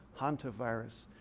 hantavirus.